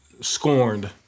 scorned